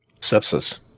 Sepsis